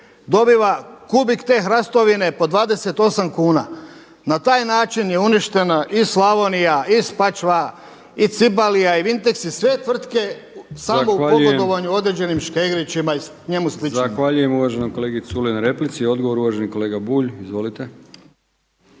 dobiva kubik te hrastovine po 28 kuna. Na taj način je uništena i Slavonija i Spačva i Cibalija i Vinteks i sve tvrtke samo u pogodoanju određenim Škegrićima i njemu sličnima. **Brkić, Milijan (HDZ)** Zahvaljujem uvaženom kolegi Culeju na replici. Odgovor uvaženi kolega Bulj, izvolite.